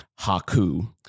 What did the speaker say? Haku